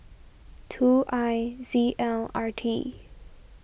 two I Z L R T